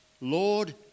Lord